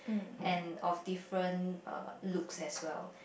and of different uh looks as well